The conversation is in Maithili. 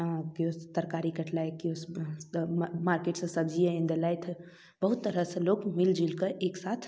केओ तरकारी कटलथि केओ मतलब मार्केटसँ सब्जिए आनि देलथि बहुत तरहसंँ लोक मिलजुलिकऽ एकसाथ